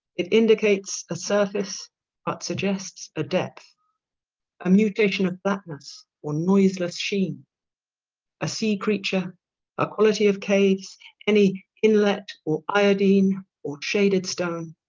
it indicates a surface but suggests a depth a mutation of flatness or noiseless sheen a sea creature a quality of caves any inlet or iodine or shaded stone